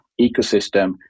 ecosystem